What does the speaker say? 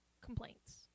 complaints